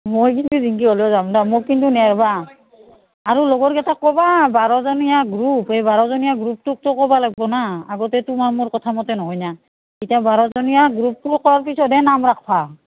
মই কিন্তু যিনকি হ'লেও যাম দা মোক কিন্তু নেৰবা আৰু লগৰ কেইটাক ক'বা বাৰজনীয়া গ্ৰুপ এই বাৰজনীয়া গ্ৰুপটোকতো ক'বা লাগব না আগতে তোমাৰ মোৰ কথাামতে নহয় না এতিয়া বাৰজনীয়া গ্ৰুপটো কৰাৰ পিছতহে নাম ৰাখবা